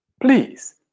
please